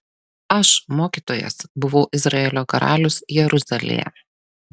aš mokytojas buvau izraelio karalius jeruzalėje